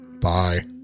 Bye